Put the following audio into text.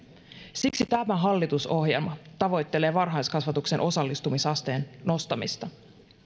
siksi tämä hallitusohjelma tavoittelee varhaiskasvatuksen osallistumisasteen nostamista